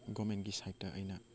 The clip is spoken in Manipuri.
ꯒꯚꯔꯟꯃꯦꯟꯒꯤ ꯁꯥꯏꯠꯇ ꯑꯩꯅ